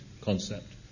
concept